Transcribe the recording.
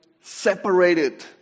separated